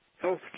health